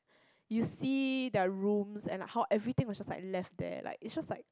you see their rooms and how everything was just left there like it's just like